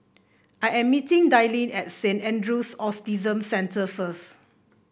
I am meeting Dayle at Saint Andrew's Autism Centre first